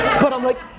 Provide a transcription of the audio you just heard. but i'm like,